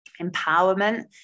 empowerment